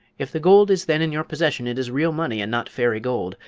if the gold is then in your possession it is real money and not fairy gold.